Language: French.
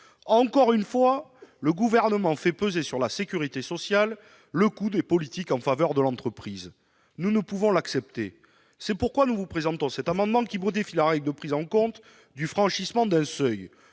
Encore une fois, le Gouvernement fait peser sur la sécurité sociale le coût des politiques en faveur de l'entreprise. Nous ne pouvons l'accepter ! C'est pourquoi nous présentons cet amendement, qui tend à modifier la règle de prise en compte du franchissement d'un seuil.